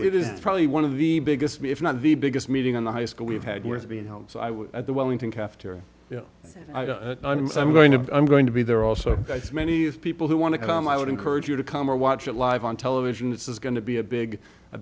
it is probably one of the biggest me if not the biggest meeting on the high school we've had with being so i was at the wellington cafeteria so i'm going to i'm going to be there also i think many people who want to come i would encourage you to come or watch it live on television this is going to be a big a